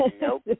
Nope